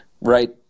right